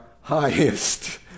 highest